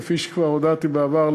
כפי שכבר הודעתי בעבר,